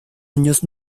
años